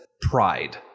pride